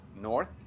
north